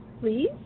please